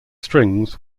strings